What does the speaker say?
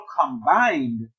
combined